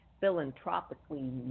philanthropically